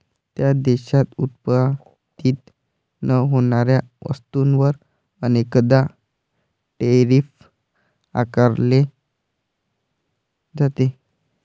त्या देशात उत्पादित न होणाऱ्या वस्तूंवर अनेकदा टैरिफ आकारले जाते